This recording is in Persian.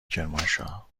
کرمانشاه